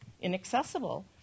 inaccessible